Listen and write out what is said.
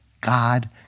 God